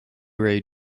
ray